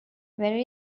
where